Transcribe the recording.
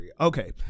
Okay